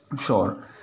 Sure